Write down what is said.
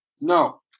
No